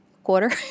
Quarter